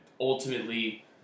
ultimately